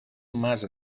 mas